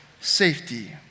safety